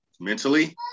mentally